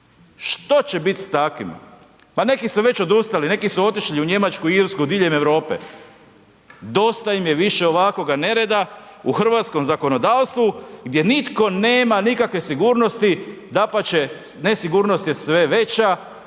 Što će biti s takvima? Pa neki su već odustali, neki su otišli u Njemačku, Irsku, diljem Europe. Dosta im je više ovakvoga nereda u hrvatskom zakonodavstvu gdje nitko nema nikakve sigurnosti, dapače, nesigurnost je sve veća